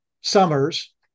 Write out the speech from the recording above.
summers